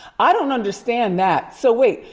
i don't understand that. so, wait,